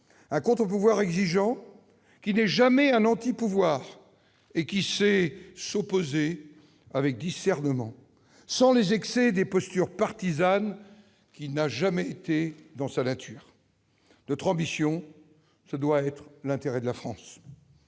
Un contre-pouvoir exigeant, qui n'est jamais un anti-pouvoir et qui sait s'opposer avec discernement, sans les excès des postures partisanes, qui n'ont jamais été dans sa nature. Notre ambition, ce doit être l'intérêt de la France.